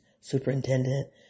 superintendent